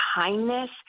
kindness